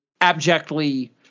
abjectly –